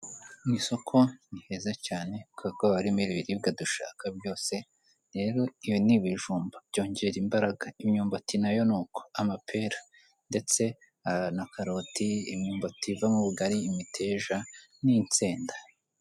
Mu isoko ni heza cyane, kuko haba harimo ibiribwa dushaka byose, rero ibi ni ibijumba byongera imbaraga, imyumbati n'ayo ni uko, amapera ndetse na karoti, imyumbati iva mo ubugari, imiteja n'insenda.